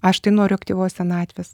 aš tai noriu aktyvos senatvės